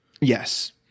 Yes